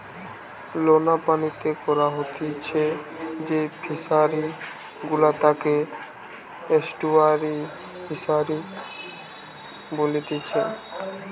লোনা পানিতে করা হতিছে যেই ফিশারি গুলা তাকে এস্টুয়ারই ফিসারী বলেতিচ্ছে